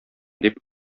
дип